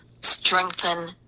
strengthen